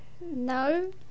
No